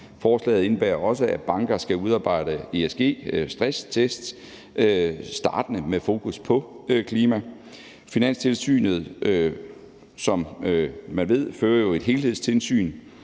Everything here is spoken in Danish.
Forslaget indebærer også, at banker skal udarbejde ESG-stresstest startende med fokus på klima. Finanstilsynet fører jo, som man